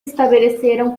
estabeleceram